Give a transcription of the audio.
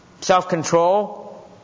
Self-control